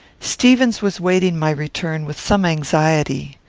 stevens was waiting my return with some anxiety.